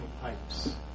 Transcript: Pipes